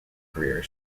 career